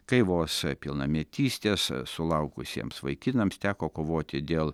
kai vos pilnametystės sulaukusiems vaikinams teko kovoti dėl